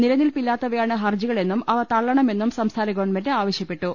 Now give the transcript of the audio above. നിലനിൽപില്ലാത്തവയാണ് ഹർജികളെന്നും അവ തള്ളണമെന്നും സംസ്ഥാന ഗവൺമെന്റ് ആവശ്യപ്പെട്ടു